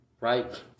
Right